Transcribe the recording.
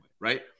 right